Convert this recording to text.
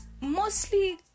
mostly